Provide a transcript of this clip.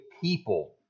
people